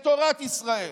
את תורת ישראל,